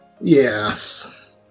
yes